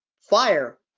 fire